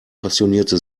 passionierte